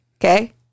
Okay